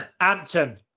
Ampton